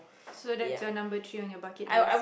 so that's your number three on your bucket list